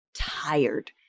tired